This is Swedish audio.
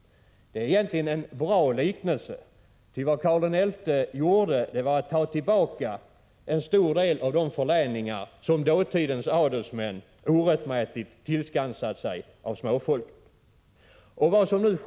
Det är egentligen en bra liknelse, ty vad Karl XI gjorde var att ta tillbaka en stor del av de förläningar som dåtidens adelsmän orättmätigt tillskansat sig från det svenska småfolket.